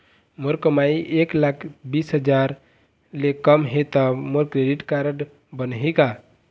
मोर कमाई एक लाख बीस हजार ले कम हे त मोर क्रेडिट कारड बनही का?